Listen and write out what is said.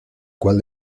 cuál